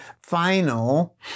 final